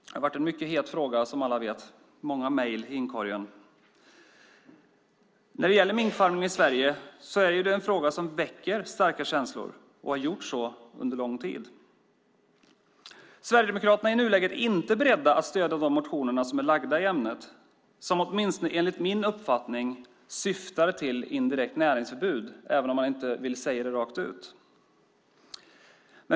Det har varit en mycket het fråga, som alla vet. Det är många mejl i inkorgen. Minkfarmning i Sverige är en fråga som väcker starka känslor och har så gjort under lång tid. Sverigedemokraterna är i nuläget inte beredda att stödja de motioner som är väckta i ämnet, som åtminstone enligt min uppfattning syftar till indirekt näringsförbud, även om man inte vill säga det rakt ut.